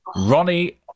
Ronnie